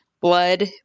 blood